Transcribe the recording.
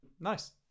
nice